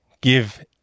Give